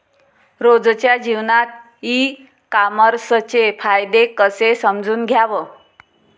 रोजच्या जीवनात ई कामर्सचे फायदे कसे समजून घ्याव?